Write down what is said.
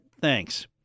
Thanks